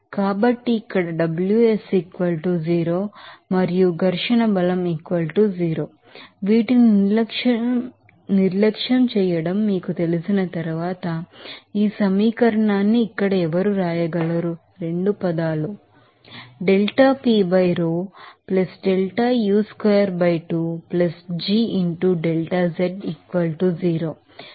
కాబట్టి వీటిని నిర్లక్ష్యం చేయడం మీకు తెలిసిన తరువాత ఈ సమీకరణాన్ని ఇక్కడ ఎవరు రాయగలరు 2 పదాలు